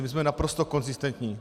My jsme naprosto konzistentní.